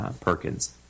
Perkins